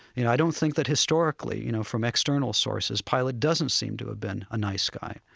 and i don't think that historically, you know, from external sources, pilate doesn't seem to have been a nice guy.